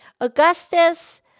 Augustus